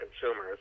consumers